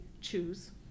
choose